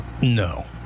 No